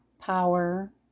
power